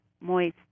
moist